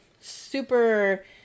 super